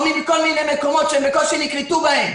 מכל מיני מקומות שהם בקושי נקלטו בהם.